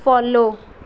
follow